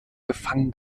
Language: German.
gefangen